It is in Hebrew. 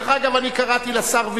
דרך אגב, אני קראתי לשר וילנאי,